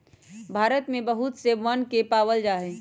भारत में बहुत से वन पावल जा हई